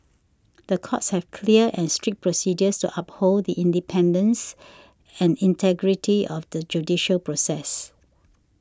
the courts have clear and strict procedures to uphold the independence and integrity of the judicial process